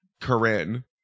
corinne